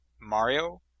Mario